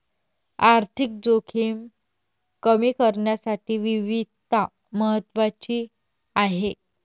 आर्थिक जोखीम कमी करण्यासाठी विविधता महत्वाची आहे